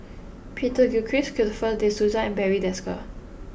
Peter Gilchrist Christopher De Souza and Barry Desker